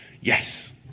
yes